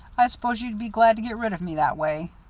i suppose you'd be glad to get rid of me that way.